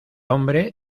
hombre